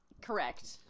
Correct